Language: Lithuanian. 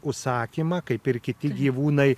užsakymą kaip ir kiti gyvūnai